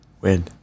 Win